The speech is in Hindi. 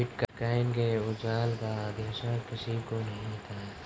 बिटकॉइन के उछाल का अंदेशा किसी को नही था